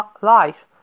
life